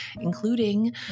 including